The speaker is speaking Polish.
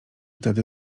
tedy